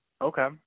Okay